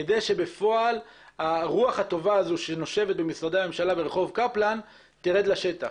כדי שבפועל הרוח הטובה הזו שנושבת במשרדי הממשלה ברחוב קפלן תרד לשטח.